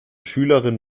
schülerin